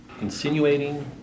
insinuating